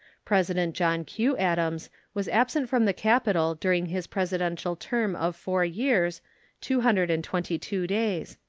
president john q. adams was absent from the capital during his presidential term of four years two hundred and twenty-two days.